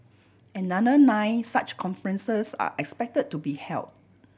another nine such conferences are expect to be held